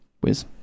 Whiz